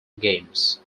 games